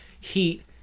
Heat